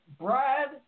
Brad